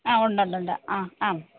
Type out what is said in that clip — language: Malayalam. ആ ഉണ്ട് ഉണ്ട് ഉണ്ട് ആ ആ